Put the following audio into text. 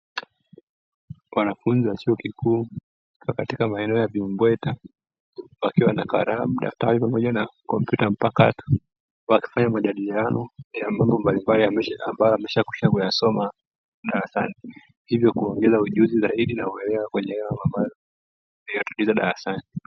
Wanafunzi wa chuo kikuu wako katika maeneo ya vimbweta wakiwa na kalamu, daftari pamoja na kompyuta mpakato. Wakifanya majadiliano ya mambo mbalimbali ambayo wameshakwisha kuyasoma darasani, hivyo kuongeza ujuzi zaidi na uelewa kwa ajili ya mambo hayo yanayotumika darasani.